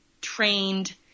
trained